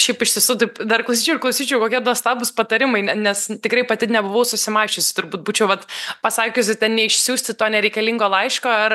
šiaip iš tisų taip dar klausyčiau ir klausyčiau kokie nuostabūs patarimai ne nes tikrai pati nebuvau susimąsčiusi turbūt būčiau vat pasakiusi neišsiųsti to nereikalingo laiško ar